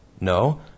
No